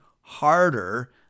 harder